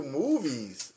movies